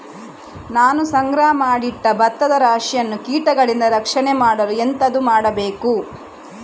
ನಾನು ಸಂಗ್ರಹ ಮಾಡಿ ಇಟ್ಟ ಭತ್ತದ ರಾಶಿಯನ್ನು ಕೀಟಗಳಿಂದ ರಕ್ಷಣೆ ಮಾಡಲು ಎಂತದು ಮಾಡಬೇಕು?